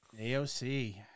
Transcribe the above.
AOC